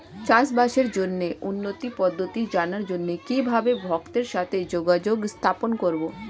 চাষবাসের জন্য উন্নতি পদ্ধতি জানার জন্য কিভাবে ভক্তের সাথে যোগাযোগ স্থাপন করব?